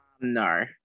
No